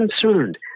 concerned